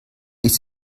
ist